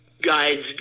guides